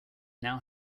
now